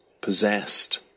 possessed